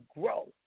grow